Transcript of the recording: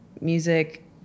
music